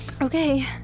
Okay